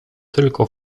tylko